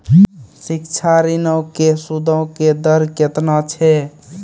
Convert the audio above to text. शिक्षा ऋणो के सूदो के दर केतना छै?